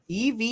EV